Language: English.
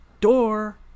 door